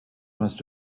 must